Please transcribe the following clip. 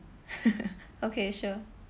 okay sure